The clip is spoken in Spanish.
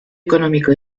económico